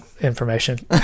information